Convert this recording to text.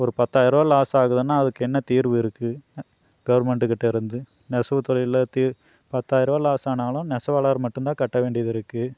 ஒரு பத்தாயரூபா லாசாகுதுனால் அதுக்கு என்ன தீர்வு இருக்குது கவர்மெண்டு கிட்டேருந்து நெசவு தொழிலை தி பத்தாயரூபா லாசானாலும் நெசவாளர் மட்டுந்தான் கட்ட வேண்டியதுருக்குது